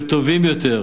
וטובים יותר,